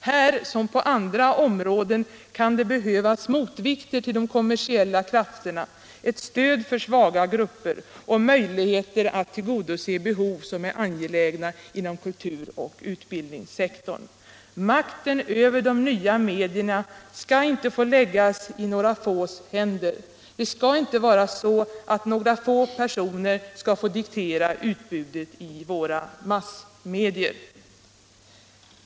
Här som på andra områden kan det behövas motvikter till de kommersiella krafterna, ett stöd för svaga grupper och möjligheter att tillgodose behov som är angelägna inom kultur och utbildningssektorn. Makten över de nya medierna skall inte få läggas i några få händer — det skall inte få vara så att några få personer skall få diktera utbudet i våra massmedier.